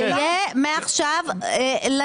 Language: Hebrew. זה יהיה מעכשיו לנצח.